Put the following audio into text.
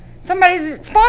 Somebody's